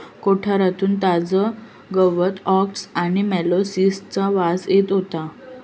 कोठारातून ताजा गवत ओट्स आणि मोलॅसिसचा वास येत होतो